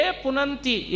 punanti